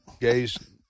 gays